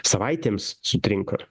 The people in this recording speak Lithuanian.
savaitėms sutrinka